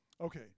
Okay